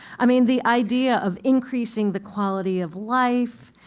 i mean, the idea of increasing the quality of life,